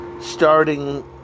Starting